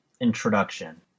Introduction